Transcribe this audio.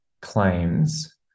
claims